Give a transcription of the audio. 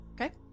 Okay